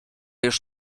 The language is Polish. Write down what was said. już